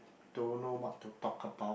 don't know what to talk about